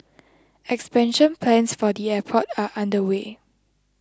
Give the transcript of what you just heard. expansion plans for the airport are underway